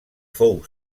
fou